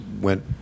went